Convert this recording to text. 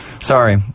Sorry